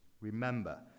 Remember